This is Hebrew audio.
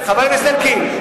חבר הכנסת אלקין,